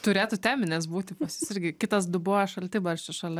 turėtų teminis būti pas jus irgi kitas dubuo šaltibarščių šalia